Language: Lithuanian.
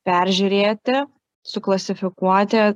peržiūrėti suklasifikuoti